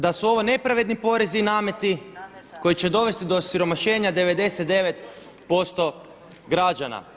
Da su ovo nepravedni porezi i nameti koji će dovesti do osiromašenja 99% građana.